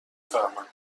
فهمم